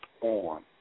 on